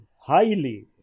highly